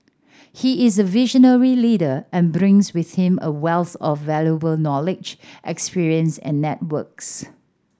he is a visionary leader and brings with him a wealth of valuable knowledge experience and networks